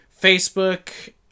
Facebook